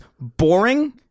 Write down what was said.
boring